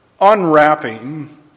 Unwrapping